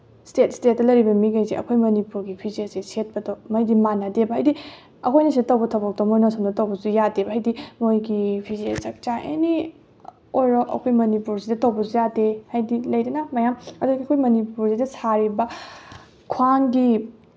state ꯏꯁꯇꯦꯠꯇ ꯂꯩꯔꯤꯕ ꯃꯤꯈꯩꯁꯦ ꯑꯩꯈꯣꯏ ꯃꯅꯤꯄꯨꯔꯒꯤ ꯐꯤꯖꯦꯠꯁꯦ ꯁꯦꯠꯄꯗꯣ ꯃꯣꯏꯗꯤ ꯃꯥꯅꯗꯦꯕ ꯍꯥꯏꯗꯤ ꯑꯩꯈꯣꯏꯅ ꯁꯤꯗ ꯇꯧꯕ ꯊꯕꯛꯇꯣ ꯃꯣꯏꯅ ꯑꯁꯣꯝꯗ ꯇꯧꯕꯁꯨ ꯌꯥꯗꯦꯕ ꯍꯥꯏꯗꯤ ꯃꯣꯏꯒꯤ ꯐꯤꯖꯦꯠ ꯆꯛꯆꯥ ꯑꯦꯅꯤ ꯑꯣꯏꯔꯣ ꯑꯩꯈꯣꯏ ꯃꯅꯤꯄꯨꯔꯁꯤꯗ ꯇꯧꯕꯁꯨ ꯌꯥꯗꯦ ꯍꯥꯏꯗꯤ ꯂꯩꯗꯅ ꯃꯌꯥꯝ ꯑꯗꯨ ꯑꯩꯈꯣꯏ ꯃꯅꯤꯄꯨꯔꯁꯤꯗ ꯁꯥꯔꯤꯕ ꯈ꯭ꯋꯥꯡꯒꯤ